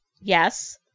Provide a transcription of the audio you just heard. Yes